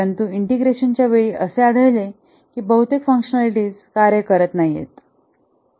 परंतु इंटिग्रेशनच्या वेळी असे आढळले आहे की बहुतेक फंक्शनालिटीज कार्य करत नाही आहेत